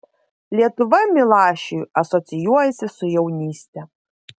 lietuva milašiui asocijuojasi su jaunyste